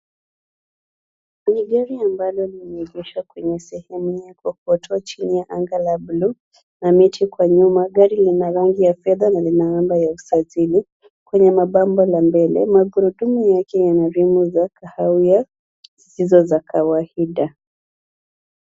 Ni gari ambalo limeegeshwa kwenye sehemu ya kokoto chini ya anga la buluu na miti kwa nyuma. Gari lina rangi ya fedha na lina namba ya usajili kwenye mabomba ya mbele. Magurudumu yake Yana rimu za kahawia hizo za kawaida.